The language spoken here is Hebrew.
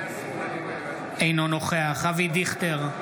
אינו נוכח אבי דיכטר,